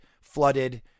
flooded